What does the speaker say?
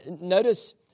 Notice